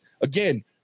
again